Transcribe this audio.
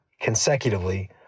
consecutively